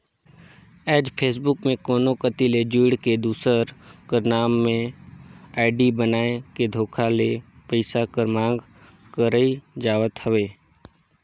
आएज फेसबुक में कोनो कती ले जुइड़ के, दूसर कर नांव में आईडी बनाए के धोखा ले पइसा कर मांग करई जावत हवे